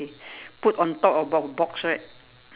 put on top of a box right